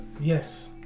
yes